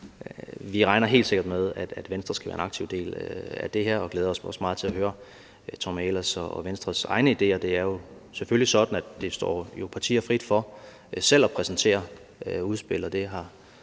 Vi regner helt sikkert med, at Venstre skal være en aktiv del af det her og glæder os også meget til at høre hr. Tommy Ahlers og Venstres egne ideer. Det er jo selvfølgelig sådan, at det står partier frit for selv at præsentere udspil, og det har